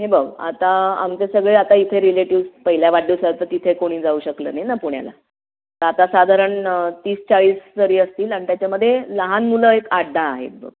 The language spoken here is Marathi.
हे बघ आता आमचे सगळे आता इथे रिलेटिव्ज पहिल्या वाढदिवसाला तर तिथे कोणी जाऊ शकलं नाही ना पुण्याला तर आता साधारण तीस चाळीस तरी असतील आणि त्याच्यामध्ये लहान मुलं एक आठदहा आहेत बघ